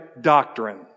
doctrine